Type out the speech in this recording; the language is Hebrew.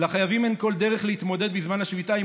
לחייבים אין כל דרך להתמודד בזמן השביתה עם